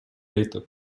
lite